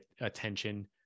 attention